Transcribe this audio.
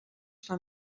fan